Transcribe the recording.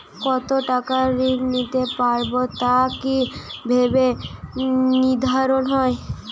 কতো টাকা ঋণ নিতে পারবো তা কি ভাবে নির্ধারণ হয়?